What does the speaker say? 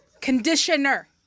Conditioner